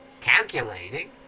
Calculating